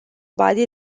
body